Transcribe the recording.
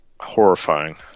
Horrifying